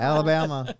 Alabama